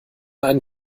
einen